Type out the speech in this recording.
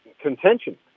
contention